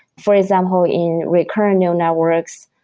for example in recurrent neural networks,